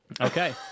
Okay